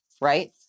right